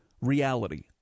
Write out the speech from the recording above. reality